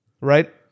Right